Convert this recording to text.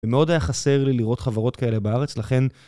ומאוד היה חסר לי לראות חברות כאלה בארץ, לכן...